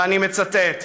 ואני מצטט: